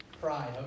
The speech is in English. Pride